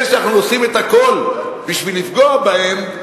אלה שאנחנו עושים את הכול בשביל לפגוע בהם,